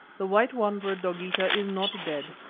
the white wanderer, dogeetah, is not dead.